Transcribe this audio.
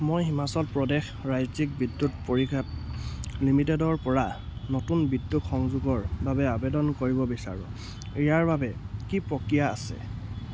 মই হিমাচল প্ৰদেশ ৰাজ্যিক বিদ্যুৎ পৰিষদ লিমিটেডৰ পৰা নতুন বিদ্যুৎ সংযোগৰ বাবে আবেদন কৰিব বিচাৰোঁ ইয়াৰ বাবে কি প্ৰক্ৰিয়া আছে